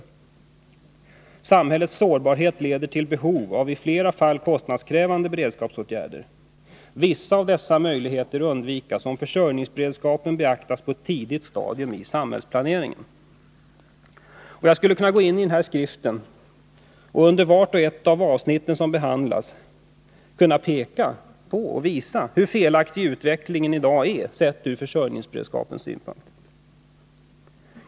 31 Samhällets sårbarhet leder till behov av i flera fall kostnadskrävande beredskapsåtgärder. Vissa av dessa kan möjligen undvikas om försörjningsberedskapen beaktas på ett tidigt stadium i samhällsplaneringen.” Jag skulle kunna fortsätta att läsa ur denna skrift och under vart och ett av de olika avsnitt som behandlas påvisa hur felaktig utvecklingen är sett ur försörjningsberedskapens synpunkt.